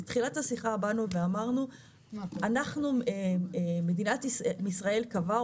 בתחילת השיחה אמרנו שמדינת ישראל קבעה,